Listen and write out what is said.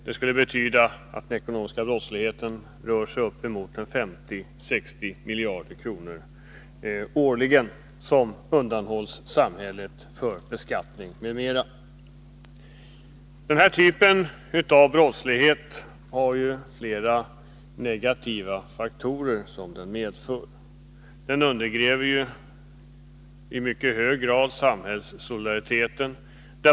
Det skulle betyda att omfattningen av den ekonomiska brottsligheten rör sig uppemot 50-60 miljarder årligen, som undanhålls samhället för beskattning m.m. Den här typen av brottslighet har flera negativa följdverkningar. Den undergräver i mycket hög grad samhällssolidariteten.